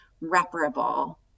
reparable